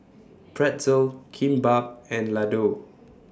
Pretzel Kimbap and Ladoo